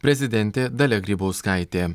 prezidentė dalia grybauskaitė